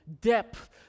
depth